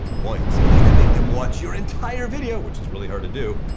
points. if you can make them watch your entire video, which is really hard to do,